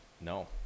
No